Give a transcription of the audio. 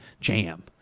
jam